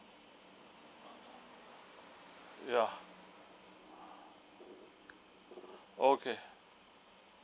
ya okay